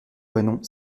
couesnon